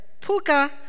puka